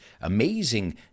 amazing